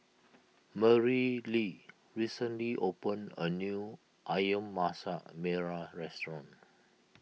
Merrilee recently opened a new Ayam Masak Merah Restaurant